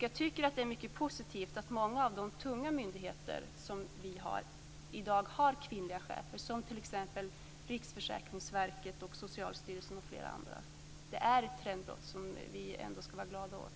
Jag tycker att det är mycket positivt att många av de tunga myndigheterna i dag har kvinnliga chefer, som t.ex. Riksförsäkringsverket och Socialstyrelsen. Det är ett trendbrott som vi ändå skall vara glada åt.